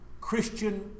Christian